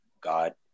God